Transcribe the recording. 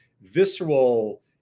visceral